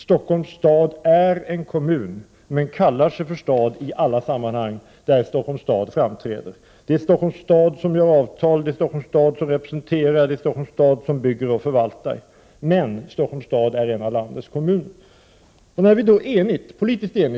Stockholms stad är en kommun men kallar sig för stad i alla sammanhang där Stockholms stad framträder. Det är Stockholms stad som träffar avtal, det är Stockholms stad som representerar, det är Stockholms stad som bygger och förvaltar, men Stockholms stad är en av landets kommuner.